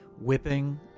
whipping